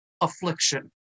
affliction